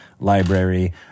Library